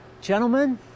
Gentlemen